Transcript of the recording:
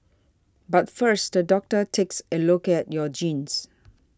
but first the doctor takes a look at your genes